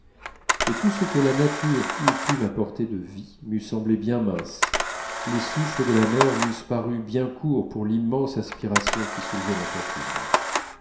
et tout ce que la nature eût pu m'apporter de vie m'eût semblé bien mince les souffles de la mer m'eussent paru bien courts pour l'immense aspiration qui soulevait ma poitrine